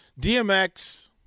DMX